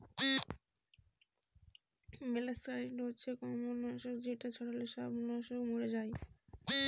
molluscicide হচ্ছে কম্বজ নাশক যেটা ছড়ালে সব মলাস্কা মরে যায়